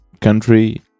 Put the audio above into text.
country